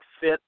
fit